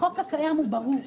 החוק הקיים הוא ברור.